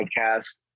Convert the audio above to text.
podcast